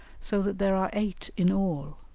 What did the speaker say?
so that there are eight in all,